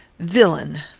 villain!